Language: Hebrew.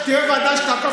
תקים ועדת חקירה ממלכתית.